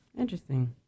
Interesting